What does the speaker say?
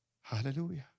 Hallelujah